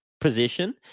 position